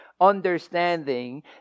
understanding